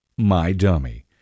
MyDummy